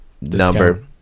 number